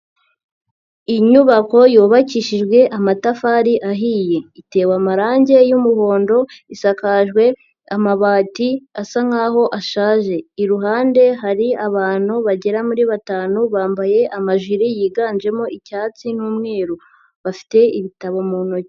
Inyubako yubakishijwe amatafari ahiye itewe amarange y'umuhondo, isakajwe amabati asa nkaho ashaje, iruhande hari abantu bagera muri batanu bambaye amajiri yiganjemo icyatsi n'umweru, bafite ibitabo mu ntoki.